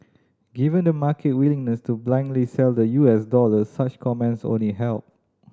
given the market willingness to blindly sell the U S dollar such comments only help